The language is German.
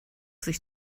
sich